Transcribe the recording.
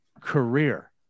career